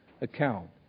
account